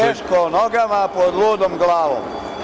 Teško nogama pod ludom glavom.